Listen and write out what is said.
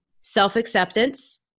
self-acceptance